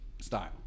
style